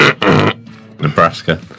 Nebraska